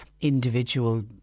individual